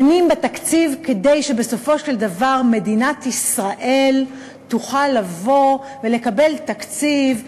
דנים בתקציב כדי שבסופו של דבר מדינת ישראל תוכל לבוא ולקבל תקציב,